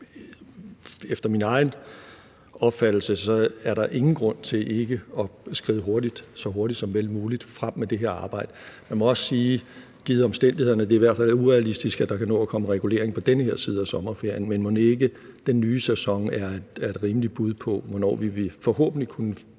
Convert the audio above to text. efter min egen opfattelse er der ingen grund til ikke at skride hurtigt, så hurtigt som vel muligt, frem med det her arbejde. Man må også sige, givet omstændighederne, at det i hvert fald er urealistisk, at der kan nå at komme regulering på den her side af sommerferien, men mon ikke den nye sæson er et rimeligt bud på, hvornår vi forhåbentlig kan